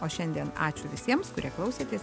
o šiandien ačiū visiems kurie klausėtės